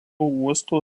uosto